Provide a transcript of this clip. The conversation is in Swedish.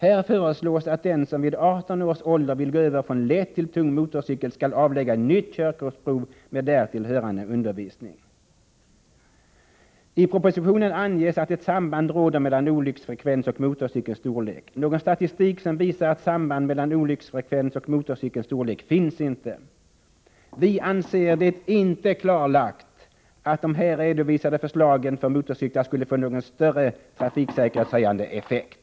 Här föreslås att den som vid 18 års ålder vill gå över från lätt till tung motorcykel skall avlägga nytt körkortsprov med därtill hörande undervisning. —-—-- I propositionen anges att ett samband råder mellan olycksfrekvens och motorcykelns storlek. Någon statistik som visar ett samband mellan olycksfrekvens och motorcykelns storlek finns inte. ——— Vi anser det inte klarlagt att de här redovisade förslagen för motorcyklar skulle få någon större trafiksäkerhetshöjande effekt.”